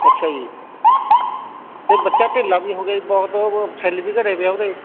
ਅੱਛਾ ਜੀ ਅਤੇ ਬੱਚਾ ਢਿੱਲਾ ਵੀ ਹੋ ਗਿਆ ਬਹੁਤ ਸੈੱਲ ਵੀ ਘਟੇ ਪਏ ਉਹਦੇ